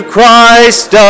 Christ